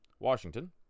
Washington